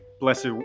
blessed